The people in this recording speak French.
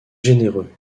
généreux